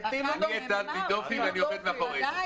אני הטלתי דופי ואני עומד מאחורי זה.